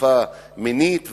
בתקיפה מינית,